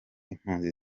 impunzi